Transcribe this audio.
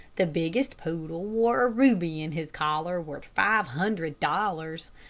the biggest poodle wore a ruby in his collar worth five hundred dollars.